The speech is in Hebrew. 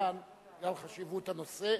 מהזמן בגלל חשיבות הנושא.